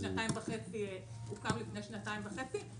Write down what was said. --- הוקם לפני שנתיים וחצי.